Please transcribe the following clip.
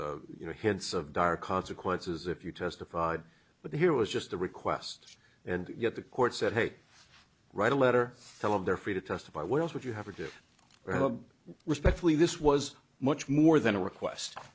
were you know hints of dire consequences if you testified but here was just a request and get the court said hey write a letter telling they're free to testify what else would you have to do or have respectfully this was much more than a request